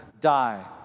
die